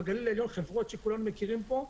בגליל העליון חברות שכולנו מכירים פה,